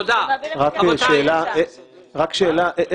שאלה.